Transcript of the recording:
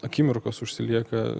akimirkos užsilieka